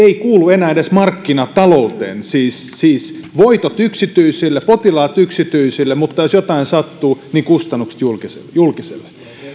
ei kuulu enää edes markkinatalouteen siis siis voitot yksityisille potilaat yksityisille mutta jos jotain sattuu niin kustannukset julkiselle